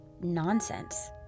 nonsense